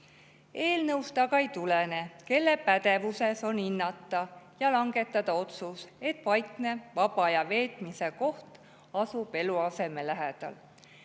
Eelnõust aga ei tulene, kelle pädevuses on hinnata ja langetada otsus, et vaikne vaba aja veetmise koht asub eluaseme lähedal.